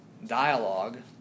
Dialogue